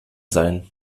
sein